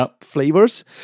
flavors